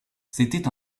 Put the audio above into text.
c’était